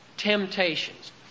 Temptations